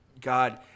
God